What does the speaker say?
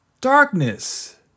darkness